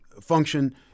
function